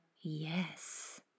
yes